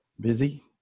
busy